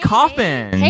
Coffin